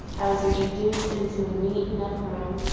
i was in troduced into a neat enough room,